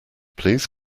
please